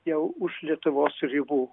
jau už lietuvos ribų